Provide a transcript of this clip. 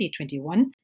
2021